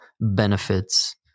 benefits